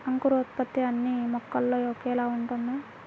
అంకురోత్పత్తి అన్నీ మొక్కల్లో ఒకేలా ఉంటుందా?